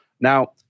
Now